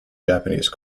japanese